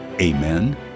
Amen